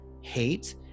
hate